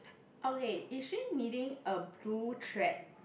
okay is she knitting a blue thread